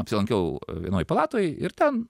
apsilankiau vienoj palatoj ir ten